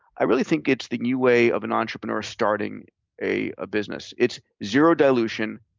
i really think it's the new way of an entrepreneur starting a business. it's zero dilution,